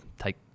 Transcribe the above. take